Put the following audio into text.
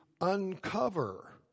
uncover